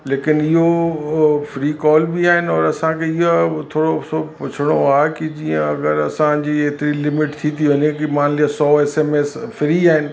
लेकिन इहो उहो फ्री कॉल बि आहिनि और असांखे इओ आए थोरो सो पुछिणो आहे कि जीअं अगरि असांजी एतरी लिमिट थी थी वञे की मान लिया सौ एस एम एस फ्री आहिनि